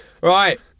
Right